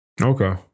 Okay